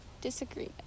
disagree